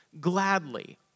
gladly